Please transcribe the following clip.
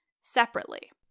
separately